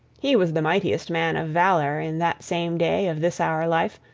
he was the mightiest man of valor in that same day of this our life,